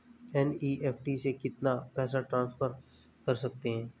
NEFT से कितना पैसा ट्रांसफर कर सकते हैं?